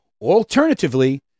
Alternatively